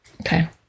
Okay